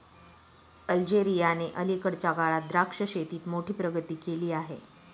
अल्जेरियाने अलीकडच्या काळात द्राक्ष शेतीत मोठी प्रगती केली आहे